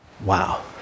wow